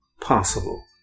possible